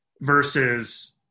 Versus